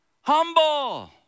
Humble